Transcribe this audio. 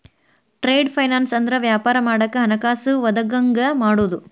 trade finance ಅಂದ್ರ ವ್ಯಾಪಾರ ಮಾಡಾಕ ಹಣಕಾಸ ಒದಗಂಗ ಮಾಡುದು